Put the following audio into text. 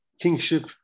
kingship